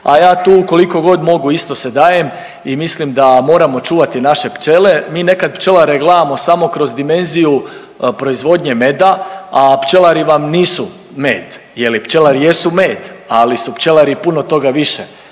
a ja tu koliko god mogu isto se dajem i mislim da moramo čuvati naše pčele. Mi nekad pčelare gledamo samo kroz dimenziju proizvodnje meda, a pčelari vam nisu med. Jer pčelari jesu med, ali su pčelari puno toga više